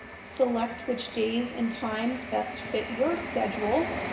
select which days and times best fit your schedule,